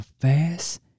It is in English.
fast